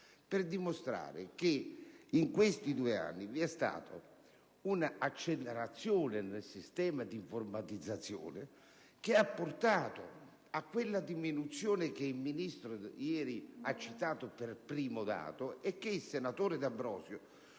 per dimostrare che in questi due anni vi è stata un'accelerazione nel sistema di informatizzazione che ha portato a quella diminuzione che il Ministro ieri ha citato come primo dato e il senatore D'Ambrosio